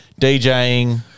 DJing